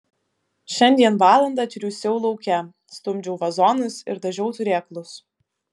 šiandien valandą triūsiau lauke stumdžiau vazonus ir dažiau turėklus